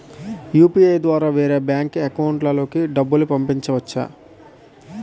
UPI ద్వారా వేరే bank account లోకి డబ్బులు పంపించవచ్చా?